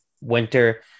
winter